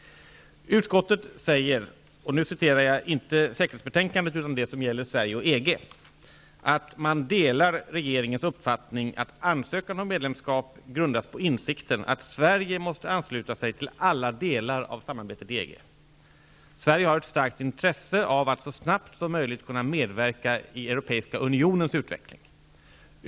Utskottet säger -- och nu avser jag inte säkerhetsbetänkandet utan det som gäller Sverige och EG -- att utskottet delar regeringens uppfattning att ansökan om medlemskap grundas på insikten att Sverige måste ansluta sig till alla delar av samarbetet i EG. Sverige har ett starkt intresse av att så snabbt som möjligt kunna medverka i Europeiska unionens utveckling.